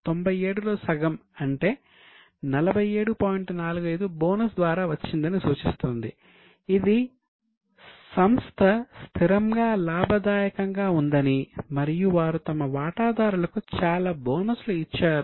ఇప్పుడు బోనస్ 47